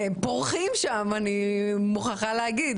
פורחים שם, אני מוכרחה להגיד.